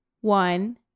One